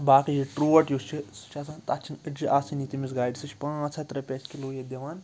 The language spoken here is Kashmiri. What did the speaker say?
باقٕے یہِ ٹروٹ یُس چھُ سُہ چھُ آسان تَتھ چھِنہٕ أجہِ آسن یہِ تٔمِس گاڑِ سُہ چھُ پانٛژھ ہَتھ رۄپیَس اَسہِ کِلوٗ یہِ دِوان